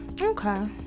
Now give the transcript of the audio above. Okay